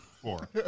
Four